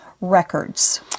records